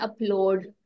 upload